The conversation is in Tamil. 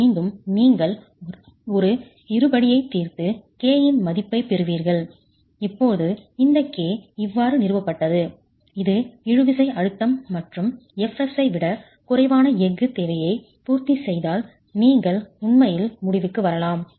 மீண்டும் நீங்கள் ஒரு இருபடியைத் தீர்த்து k இன் மதிப்பைப் பெறுகிறீர்கள் இப்போது இந்த k இவ்வாறு நிறுவப்பட்டது இது இழுவிசை அழுத்தம் மற்றும் Fs ஐ விட குறைவான எஃகு தேவையை பூர்த்தி செய்தால் நீங்கள் உண்மையில் முடிவுக்கு வரலாம்